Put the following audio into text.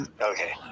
okay